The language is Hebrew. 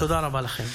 תודה רבה לכם.